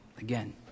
again